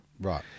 Right